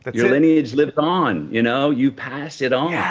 but your lineage lives on, you know. you pass it on. yeah.